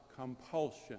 compulsion